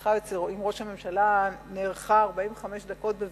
השיחה עם ראש הממשלה היתה בביתו וארכה 45 דקות.